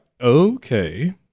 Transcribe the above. Okay